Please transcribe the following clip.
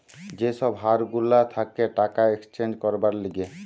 যে সব হার গুলা থাকে টাকা এক্সচেঞ্জ করবার লিগে